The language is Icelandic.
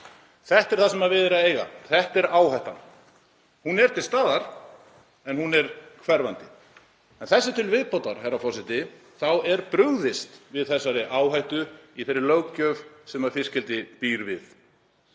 Þetta er það sem við er að eiga. Þetta er áhættan, hún er til staðar en hún er hverfandi. En þessu til viðbótar, herra forseti, þá er brugðist við þessari áhættu í þeirri löggjöf sem fiskeldið býr við.